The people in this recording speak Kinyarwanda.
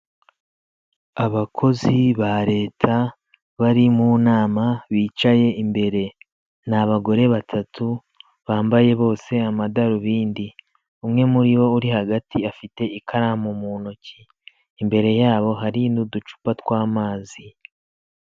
Abakozi ba leta bari mu nama bicaye imbere, ni abagore batatu bambaye bose amadarubindi, umwe muri bo uri hagati afite ikaramu mu ntoki, imbere yabo hari n'uducupa tw'amazi.